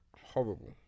horrible